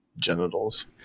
genitals